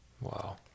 Wow